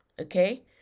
Okay